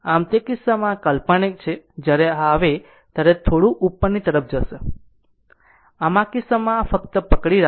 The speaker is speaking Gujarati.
આમ તે કિસ્સામાં આ કાલ્પનિક છે જ્યારે આ આવે ત્યારે થોડું ઉપરની તરફ જશે આમ આ કિસ્સામાં આ ફક્ત પકડી રાખો